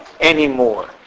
anymore